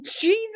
Jesus